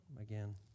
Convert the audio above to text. again